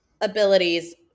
abilities